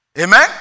Amen